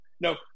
No